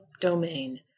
domain